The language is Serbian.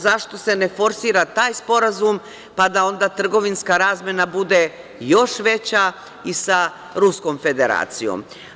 Zašto se ne forsira taj sporazum, pa da onda trgovinska razmena bude još veća i sa Ruskom Federacijom.